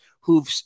who've